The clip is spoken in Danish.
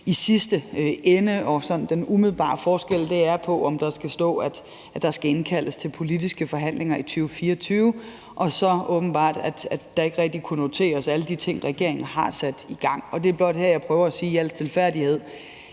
i sidste ende, og de umiddelbare forskelle er på, om der skal stå, der skal indkaldes til politiske forhandlinger i 2024, og så åbenbart, at der ikke rigtig kunne noteres alle de ting, regeringen har sat i gang. Det er blot her, jeg prøver at sige i al stilfærdighed: